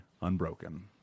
unbroken